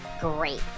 Great